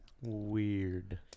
weird